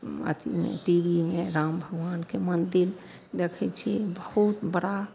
अथीमे TV मे राम भगवानके मन्दिर देखै छिए बहुत बड़ा